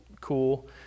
cool